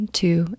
two